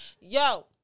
Yo